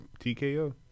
TKO